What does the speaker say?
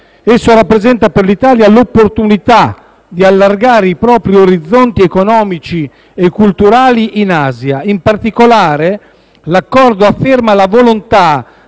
Esso rappresenta per l'Italia l'opportunità di allargare i propri orizzonti economici e culturali in Asia. In particolare, l'Accordo afferma la volontà